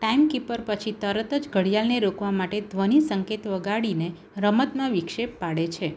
timekeeper પછી તરત જ ઘડિયાળને રોકવા માટે ધ્વનિ સંકેત વગાડીને રમતમાં વિક્ષેપ પાડે છે